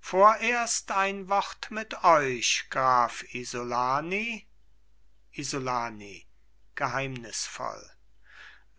vorerst ein wort mit euch graf isolani isolani geheimnisvoll